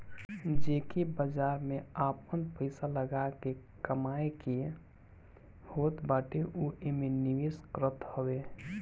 जेके बाजार में आपन पईसा लगा के कमाए के होत बाटे उ एमे निवेश करत हवे